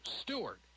Stewart